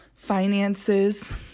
finances